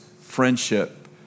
friendship